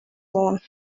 muntu